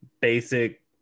basic